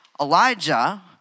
Elijah